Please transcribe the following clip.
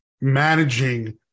managing